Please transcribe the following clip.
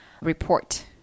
report